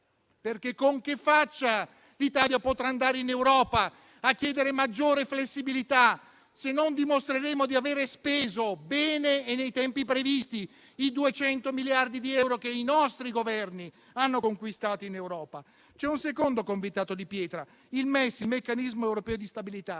Con che faccia l'Italia potrà andare in Europa a chiedere maggiore flessibilità, se non dimostreremo di aver speso bene e nei tempi previsti i 200 miliardi di euro che i nostri Governi hanno conquistato in Europa? C'è un secondo convitato di pietra, il meccanismo europeo di stabilità